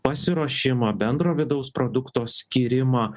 pasiruošimą bendro vidaus produkto skyrimą